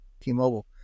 T-Mobile